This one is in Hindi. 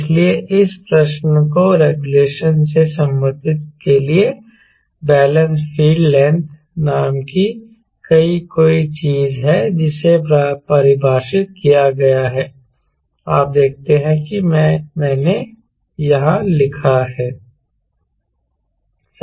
इसलिए इस प्रश्न को रेगुलेशन से संबोधित करने के लिए बैलेंस फील्ड लेंथ नाम की कोई चीज है जिसे परिभाषित किया गया है आप देखते हैं कि मैंने यहां लिखा है